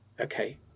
okay